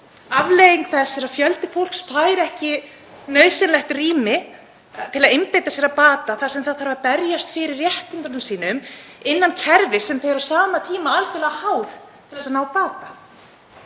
Afleiðing þess er að fjöldi fólks fær ekki nauðsynlegt rými til að einbeita sér að bata þar sem það þarf að berjast fyrir réttindum sínum innan kerfis sem það er á sama tíma algerlega háð til að ná bata.